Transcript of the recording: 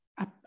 up